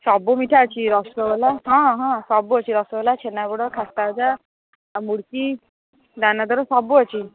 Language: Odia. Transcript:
ସବୁ ମିଠା ଅଛି ରସଗୋଲା ହଁ ହଁ ସବୁ ଅଛି ରସଗୋଲା ଛେନାପୋଡ଼ ଖାସ୍ତାଗଜା ଆଉ ମୁଡ଼କି ଦାନାଦର ସବୁ ଅଛି